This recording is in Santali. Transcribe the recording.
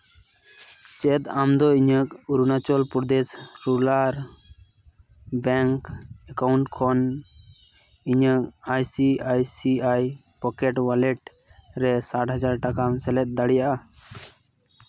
ᱪᱮᱫ ᱟᱢᱫᱚ ᱤᱧᱟᱹᱜ Arunachal Pradesh rural bank account ᱠᱷᱚᱱ ᱤᱧᱟᱹᱜ I C I C I pocket wallet ᱨᱮ ᱥᱟᱴ ᱦᱟᱡᱟᱨ ᱴᱟᱠᱟᱢ ᱥᱮᱞᱮᱫ ᱫᱟᱲᱮᱭᱟᱜᱼᱟ